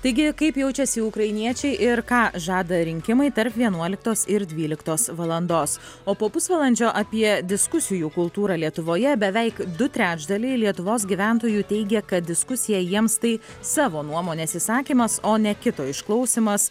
taigi kaip jaučiasi ukrainiečiai ir ką žada rinkimai tarp vienuoliktos ir dvyliktos valandos o po pusvalandžio apie diskusijų kultūrą lietuvoje beveik du trečdaliai lietuvos gyventojų teigia kad diskusija jiems tai savo nuomonės išsakymas o ne kito išklausymas